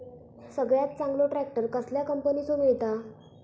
सगळ्यात चांगलो ट्रॅक्टर कसल्या कंपनीचो मिळता?